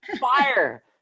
fire